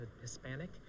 Hispanic